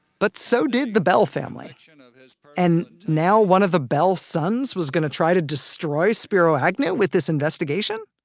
but so did the beall family and and now one of the beall sons was going to try to destroy spiro agnew with this investigation?